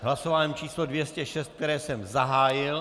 Hlasování číslo 206, které jsem zahájil.